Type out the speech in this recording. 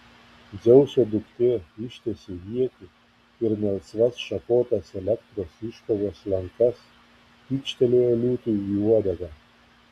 dzeuso duktė ištiesė ietį ir melsvas šakotas elektros iškrovos lankas pykštelėjo liūtui į uodegą